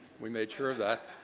we made sure of that.